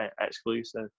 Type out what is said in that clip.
exclusive